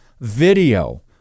video